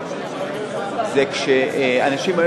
כשאנשים היו